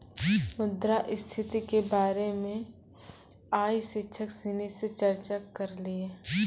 मुद्रा स्थिति के बारे मे आइ शिक्षक सिनी से चर्चा करलिए